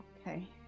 Okay